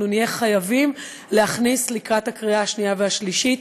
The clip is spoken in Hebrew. נהיה חייבים להכניס לקראת קריאה שנייה ושלישית.